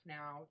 now